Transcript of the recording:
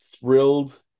thrilled